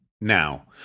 Now